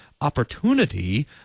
opportunity